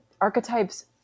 archetypes